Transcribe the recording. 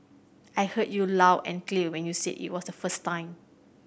I heard you loud and clear when you said it was the first time